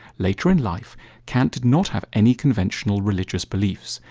later in life kant did not have any conventional religious beliefs,